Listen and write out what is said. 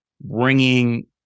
bringing